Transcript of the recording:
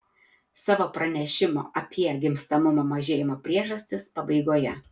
savo pranešimo apie gimstamumo mažėjimo priežastis pabaigoje